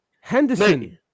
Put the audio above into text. Henderson